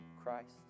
Christ